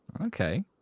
Okay